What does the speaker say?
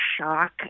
shock